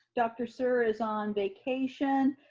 dr. suhr is on vacation.